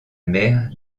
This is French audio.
mer